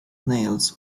nails